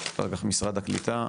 אחר כך משרד הקליטה,